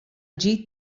ġid